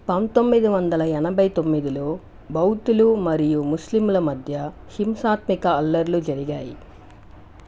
పంతొమ్మిది వందల ఎనభై తొమ్మిదిలో బౌద్ధులు మరియు ముస్లింల మధ్య హింసా త్మిక అల్లర్లు జరిగాయి